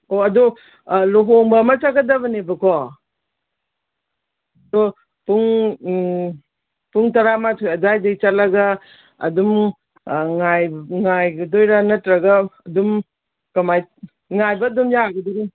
ꯑꯣ ꯑꯗꯨ ꯂꯨꯍꯣꯡꯕ ꯑꯃ ꯆꯠꯀꯗꯕꯅꯦꯕꯀꯣ ꯑꯗꯣ ꯄꯨꯡ ꯄꯨꯡ ꯇꯔꯥꯃꯥꯊꯣꯏ ꯑꯗꯨꯋꯥꯏꯗꯩ ꯆꯠꯂꯒ ꯑꯗꯨꯝ ꯉꯥꯏꯒꯗꯣꯏꯔ ꯅꯠꯇ꯭ꯔꯒ ꯑꯗꯨꯝ ꯀꯃꯥꯏ ꯉꯥꯏꯕ ꯑꯗꯨꯝ ꯌꯥꯒꯗꯔꯣ